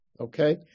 Okay